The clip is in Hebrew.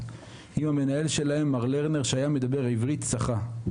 עם המנהל שלהם מר לרנר שהיה מדבר עברית צחה.